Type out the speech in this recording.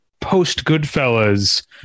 post-Goodfellas